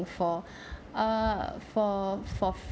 for a for fourth